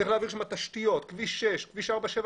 צריך להעביר שם תשתיות, כביש 6, כביש 471,